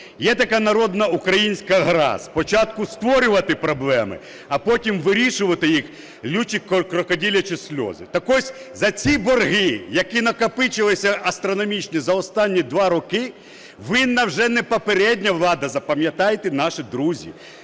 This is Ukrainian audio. є така народна українська гра: спочатку створювати проблеми, а потім вирішувати їх, ллючи крокодилячі сльози. Так ось, за ці борги, які накопичилися, астрономічні за останні 2 роки, винна вже не попередня влада, запам'ятайте, наші друзі,